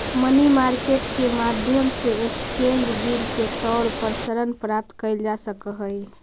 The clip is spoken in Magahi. मनी मार्केट के माध्यम से एक्सचेंज बिल के तौर पर ऋण प्राप्त कैल जा सकऽ हई